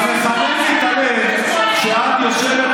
אבל מחמם לי את הלב שאת יושבת,